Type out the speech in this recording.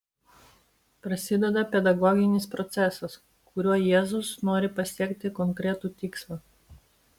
prasideda pedagoginis procesas kuriuo jėzus nori pasiekti konkretų tikslą